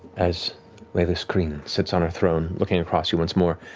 as leylas kryn sits on her throne, looking across you once more.